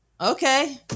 okay